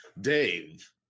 Dave